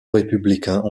républicains